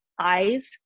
eyes